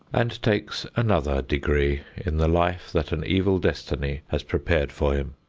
and takes another degree in the life that an evil destiny has prepared for him.